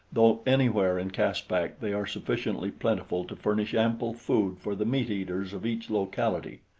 though anywhere in caspak they are sufficiently plentiful to furnish ample food for the meateaters of each locality.